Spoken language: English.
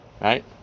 right